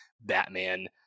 Batman